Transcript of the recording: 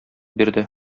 бирде